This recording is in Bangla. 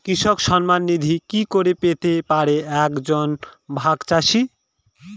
কৃষক সন্মান নিধি কি করে পেতে পারে এক জন ভাগ চাষি?